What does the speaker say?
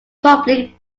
public